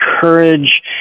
courage